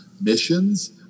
missions